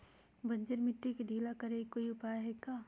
बंजर मिट्टी के ढीला करेके कोई उपाय है का?